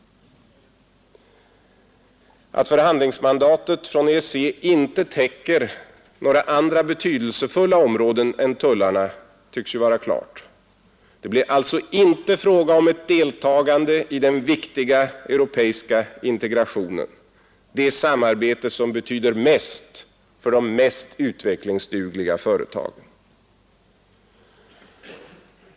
Att förhandlingsmandatet från EEC inte täcker några andra betydelsefulla områden än tullarna tycks ju vara klart. Det blir alltså inte fråga om ett deltagande i den viktiga europeiska integrationen — det samarbete som betyder mest för de mest utvecklingsdugliga företagen.